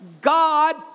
God